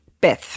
Beth